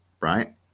right